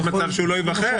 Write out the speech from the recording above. יש מצב שהוא לא ייבחר.